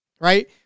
right